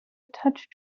touch